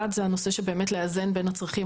אחד זה הנושא של באמת לאזן בין הצרכים